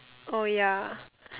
oh ya